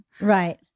right